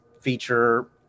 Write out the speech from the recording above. feature